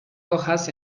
rojas